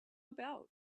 about